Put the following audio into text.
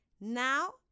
Now